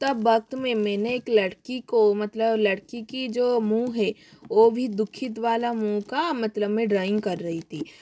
तब वक्त में मैंने एक लड़की को मतलब लड़की की जो मुँह है ओ भी दुखी वाला मुँह का मतलब मैं ड्रॉइंग कर रही थी